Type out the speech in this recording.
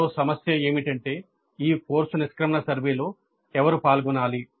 మరో సమస్య ఏమిటంటే ఈ కోర్సు నిష్క్రమణ సర్వేలో ఎవరు పాల్గొనాలి